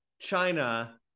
China